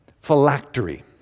Phylactery